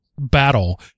battle